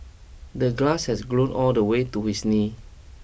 the glass had grown all the way to his knee